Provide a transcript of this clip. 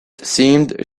seemed